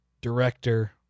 director